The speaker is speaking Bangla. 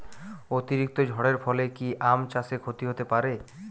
অতিরিক্ত ঝড়ের ফলে কি আম চাষে ক্ষতি হতে পারে?